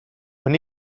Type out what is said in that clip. when